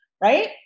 right